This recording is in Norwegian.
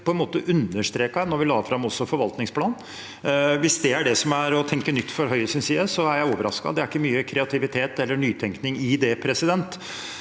understreket vi da vi la fram forvaltningsplanen. Hvis det er det som er å tenke nytt fra Høyres side, er jeg overrasket. Det er ikke mye kreativitet eller nytenkning i det, for å si det